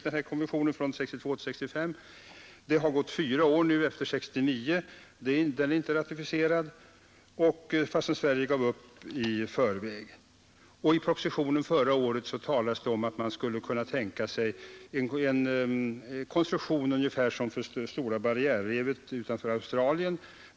Det har gått fyra år sedan ändringen i konventionen beslutades 1969, och den är inte ratificerad — fastän Sverige gav upp i förväg. I förra årets proposition talades det om att man skulle kunna tänka sig ungefär en sådan konstruktion som den som gäller för Stora barriärrevet utanför Australien.